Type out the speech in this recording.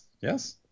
Yes